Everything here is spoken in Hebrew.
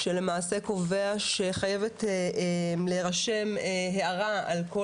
שלמעשה קובע שחייבת להירשם הערה על כל